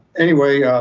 anyway